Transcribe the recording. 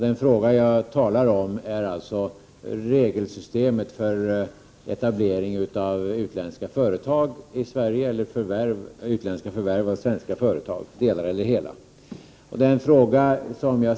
Den fråga som jag talar om gäller alltså regelsystemet för etablering av utländska företag i Sverige eller utländska förvärv av delar av eller hela svenska företag.